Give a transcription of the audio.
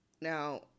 Now